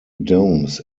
domes